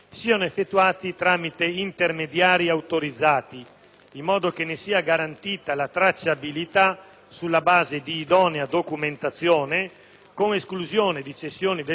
in modo che ne sia garantita la tracciabilità sulla base di idonea documentazione, con esclusione di cessioni del credito o del debito a terzi sotto qualsiasi forma